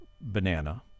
banana